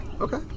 okay